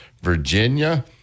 Virginia